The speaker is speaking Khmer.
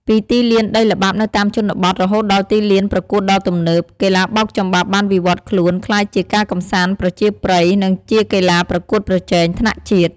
ពីទីលានដីល្បាប់នៅតាមជនបទ រហូតដល់ទីលានប្រកួតដ៏ទំនើប គីទ្បាបោកចំបាប់បានវិវឌ្ឍខ្លួនក្លាយជាការកម្សាន្តប្រជាប្រិយ និងជាកីឡាប្រកួតប្រជែងថ្នាក់ជាតិ។